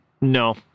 No